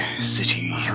city